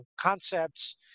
concepts